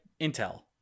intel